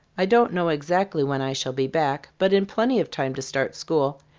i don't know exactly when i shall be back, but in plenty of time to start school.